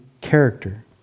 character